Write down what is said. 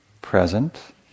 present